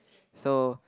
so